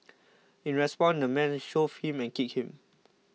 in response the man shoved him and kicked him